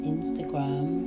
Instagram